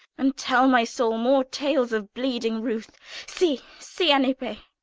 and tell my soul more tales of bleeding ruth see, see, anippe,